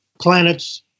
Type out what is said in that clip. Planets